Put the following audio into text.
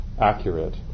accurate